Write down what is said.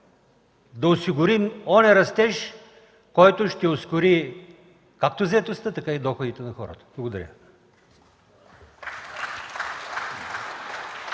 да осигурим онзи растеж, който ще ускори както заетостта, така и доходите на хората. Благодаря.